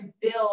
build